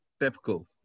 Pepco